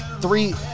three